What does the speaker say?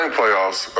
playoffs